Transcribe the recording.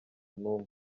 n’umwe